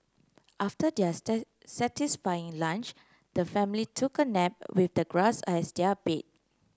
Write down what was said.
after their satisfying lunch the family took a nap with the grass as their bed